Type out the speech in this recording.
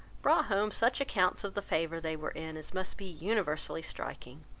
brought home such accounts of the favour they were in, as must be universally striking.